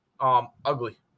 Ugly